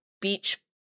beach